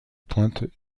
pointe